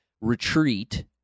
retreat